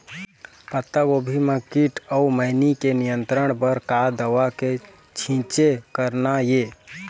पत्तागोभी म कीट अऊ मैनी के नियंत्रण बर का दवा के छींचे करना ये?